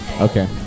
Okay